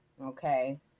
Okay